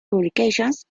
publications